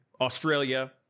Australia